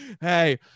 hey